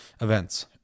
events